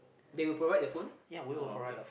they would provide the phone oh okay